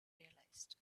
realized